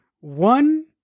One